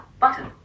button